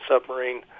submarine